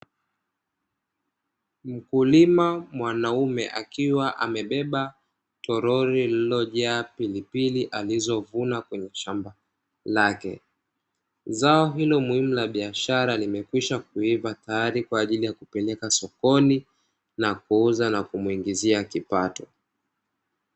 Mkulima mwanaume akiwa amebeba toroli lilojaa pilipili alizovuna kwenye shamba lake, zao hilo muhimu la biashara limekwisha kuiva tayari kwa ajili ya kupeleka sokoni na kuuza na kumuingizia kipato.